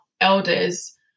elders